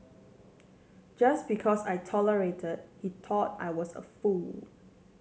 just because I tolerate he thought I was a fool